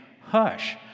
hush